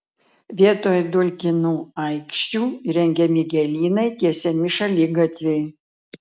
vietoj dulkinų aikščių įrengiami gėlynai tiesiami šaligatviai